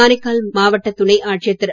காரைக்கால் மாவட்ட துணை ஆட்சியர் திரு